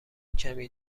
کمی